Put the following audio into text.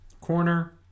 corner